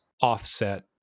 offset